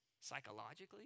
psychologically